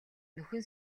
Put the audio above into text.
нөхөн